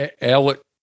Alex